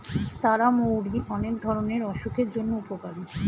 তারা মৌরি অনেক ধরণের অসুখের জন্য উপকারী